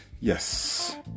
Yes